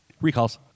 Recalls